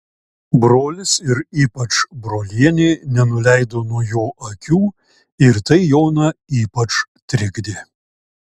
brolis ir ypač brolienė nenuleido nuo jo akių ir tai joną ypač trikdė